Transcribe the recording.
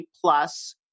plus